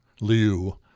Liu